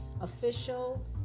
Official